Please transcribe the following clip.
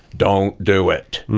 don't do it,